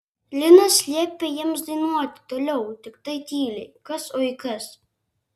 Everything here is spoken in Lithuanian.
linas liepė jiems dainuoti toliau tiktai tyliai kas oi kas